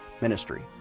ministry